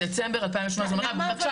בדצמבר 2018 --- אבל למה --- בבקשה